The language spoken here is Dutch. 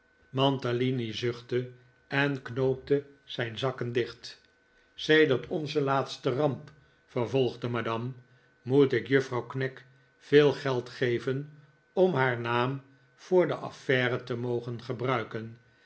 mantalini zuchtte en knoopte zijn zakken dicht sedert onze laatste ramp vervolgde madame moet ik juffrouw knag veel geld geven om haar naam voor de affaire te mogen gebruiken